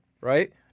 right